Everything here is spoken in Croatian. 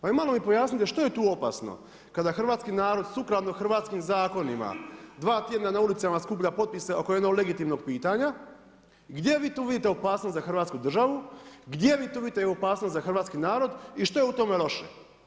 Ajde malo mi pojasnite što je tu opasno kada hrvatski narod sukladno hrvatskim zakonima dva tjedna na ulicama skuplja potpise oko jednog legitimnog pitanja, gdje vi tu vidite opasnost za Hrvatsku državu, gdje vi tu vidite opasnost za hrvatski narod i što je u tome loše?